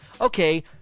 Okay